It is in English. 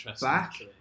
back